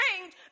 change